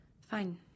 Fine